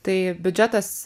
tai biudžetas